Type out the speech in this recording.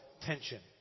tension